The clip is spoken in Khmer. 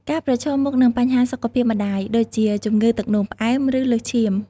ការប្រឈមមុខនឹងបញ្ហាសុខភាពម្តាយ ដូចជាជំងឺទឹកនោមផ្អែម ឬលើសឈាម ។